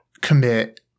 commit